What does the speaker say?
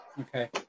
Okay